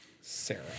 Sarah